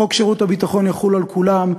חוק שירות ביטחון יחול על כולם,